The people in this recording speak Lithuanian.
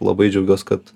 labai džiaugiuos kad